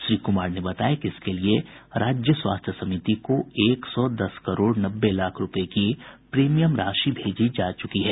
श्री कुमार ने बताया कि इसके लिए राज्य स्वास्थ्य समिति को एक सौ दस करोड़ नब्बे लाख रूपये की प्रीमियम राशि भेजी जा चुकी है